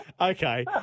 Okay